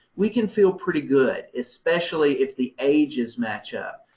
we can feel pretty good, especially if the ages match up.